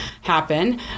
happen